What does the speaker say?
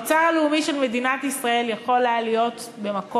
האוצר הלאומי של מדינת ישראל יכול היה להיות במקום